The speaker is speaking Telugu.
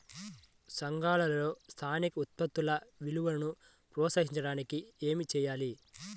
సంఘాలలో స్థానిక ఉత్పత్తుల విలువను ప్రోత్సహించడానికి ఏమి చేయాలి?